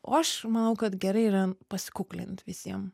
o aš manau kad gerai yra pasikuklint visiem